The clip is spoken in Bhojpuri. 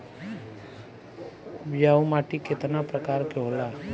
उपजाऊ माटी केतना प्रकार के होला?